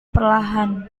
perlahan